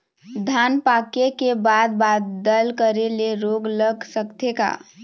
धान पाके के बाद बादल करे ले रोग लग सकथे का?